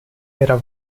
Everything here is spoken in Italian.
era